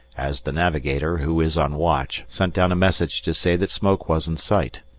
as the navigator, who is on watch, sent down a message to say that smoke was in sight.